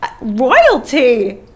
Royalty